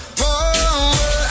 power